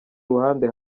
ruhande